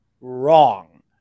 wrong